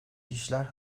işler